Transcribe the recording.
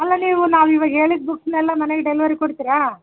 ಅಲ್ಲ ನೀವು ನಾವು ಇವಾಗ ಹೇಳಿದ ಬುಕ್ಸ್ನೆಲ್ಲ ಮನೆಗೆ ಡೆಲ್ವರಿ ಕೊಡ್ತೀರಾ